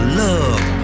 love